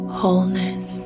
wholeness